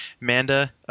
Manda